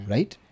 Right